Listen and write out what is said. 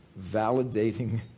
validating